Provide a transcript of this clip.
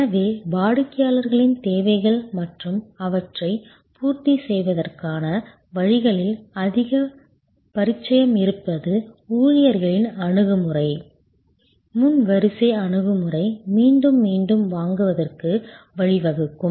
எனவே வாடிக்கையாளரின் தேவைகள் மற்றும் அவற்றைப் பூர்த்தி செய்வதற்கான வழிகளில் அதிக பரிச்சயம் இருப்பது ஊழியர்களின் அணுகுமுறை முன் வரிசை அணுகுமுறை மீண்டும் மீண்டும் வாங்குவதற்கு வழிவகுக்கும்